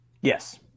Yes